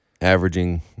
averaging